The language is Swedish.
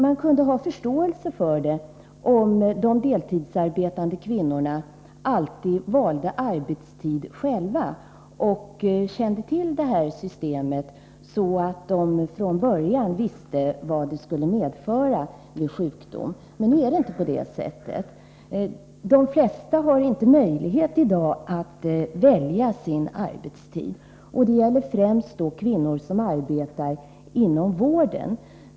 Man kunde ha förståelse för det hela om de deltidsarbetande kvinnorna alltid valde arbetstid själva och kände till det här systemet, så att de från början visste vad det skulle medföra vid sjukdom. Men nu är det inte på det sättet. De flesta har i dag inte möjlighet att välja sin arbetstid. Det gäller framför allt kvinnor som arbetar inom vårdyrkena.